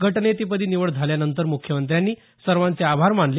गटनेतेपदी निवड झाल्यानंतर मुख्यमंत्र्यांनी सर्वांचे आभार मानले